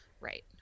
Right